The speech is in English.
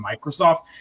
Microsoft